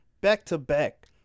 back-to-back